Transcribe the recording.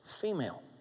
female